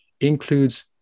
includes